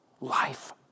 Life